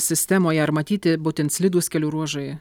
sistemoje ar matyti būtent slidūs kelių ruožai